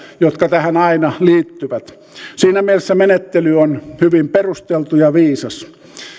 jotka tähän aina liittyvät siinä mielessä menettely on hyvin perusteltu ja viisas